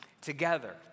together